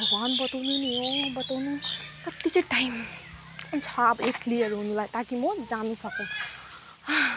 भगवान् बताउनु नि हौ बताउनु कति चाहिँ टाइम छ अब यो क्लियर हुनलाई ताकि म जान सकूँ